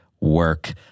work